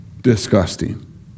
disgusting